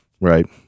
Right